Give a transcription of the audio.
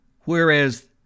Whereas